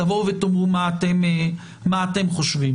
תאמרו מה אתם חושבים,